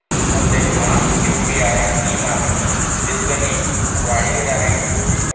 परदेसमा यु.पी.आय नी मागणी दिसगणिक वाडी रहायनी